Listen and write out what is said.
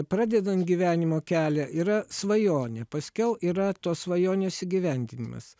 pradedant gyvenimo kelią yra svajonė paskiau yra tos svajonės įgyvendinimas